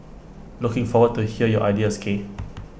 looking forward to hear your ideas K